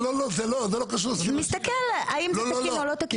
הוא מסתכל האם זה תקין או לא תקין.